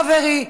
חברי,